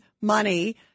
money